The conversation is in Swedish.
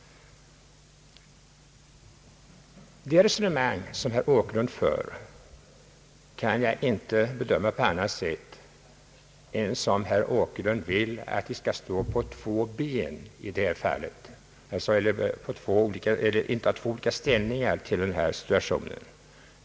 för kan jag inte bedöma på annat sätt än att herr Åkerlund vill att vi skall inta två olika ställningar i denna situation.